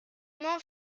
mon